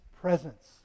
presence